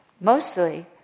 mostly